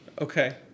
Okay